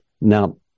Now